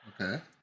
Okay